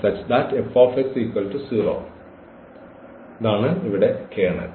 അതിനാൽ ഇതാണ് ഇവിടെ കേർണൽ